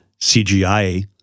CGI